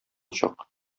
чак